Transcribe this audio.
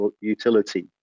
utility